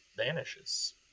Vanishes